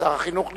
שר החינוך לא פה.